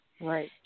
Right